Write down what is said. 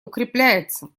укрепляется